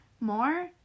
more